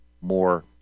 more